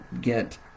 get